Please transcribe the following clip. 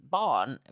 barn